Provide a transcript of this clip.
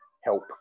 help